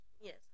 Yes